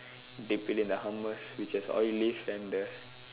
dip it in the hummus which is Olive and the